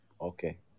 Okay